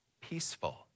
peaceful